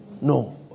No